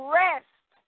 rest